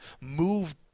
move